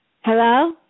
Hello